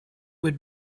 would